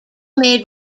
made